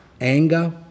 Anger